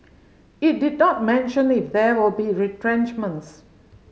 it did not mention if there will be retrenchments